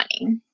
money